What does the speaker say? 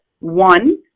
one